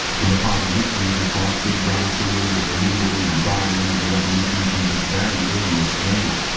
in the party histories, of course, big brother figured as the leader and guardian of the revolution since its very earliest days.